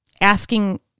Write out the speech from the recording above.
asking